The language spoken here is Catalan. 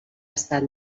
estat